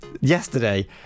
yesterday